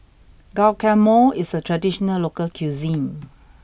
Guacamole is a traditional local cuisine